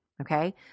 Okay